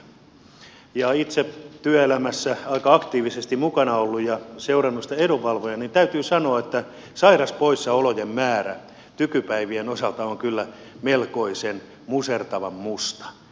kun olen itse työelämässä aika aktiivisesti mukana ollut ja seurannut sitä edunvalvojana niin täytyy sanoa että sairauspoissaolojen määrä tykypäivien osalta on kyllä melkoisen musertavan musta